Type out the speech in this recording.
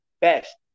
best